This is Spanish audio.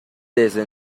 desde